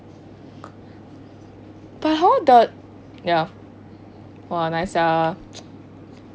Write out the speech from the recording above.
but how the ya !wah! nice sia